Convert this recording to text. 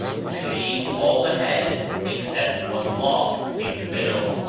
who shaved all the head except one lock in the middle.